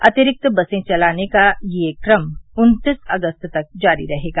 अतिरिक्त बसें चलाने का यह क्रम उन्तीस अगस्त तक जारी रहेगा